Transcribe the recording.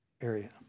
area